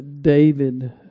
David